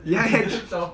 ya ya